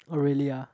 oh really ah